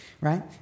right